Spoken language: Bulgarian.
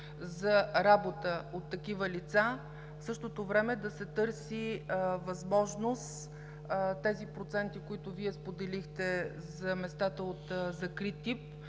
за работа от такива лица, в същото време да се търси възможност тези проценти, които Вие споделихте за местата от закрит тип,